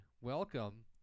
Welcome